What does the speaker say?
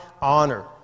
honor